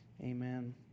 amen